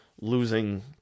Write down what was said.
losing